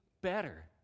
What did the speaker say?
better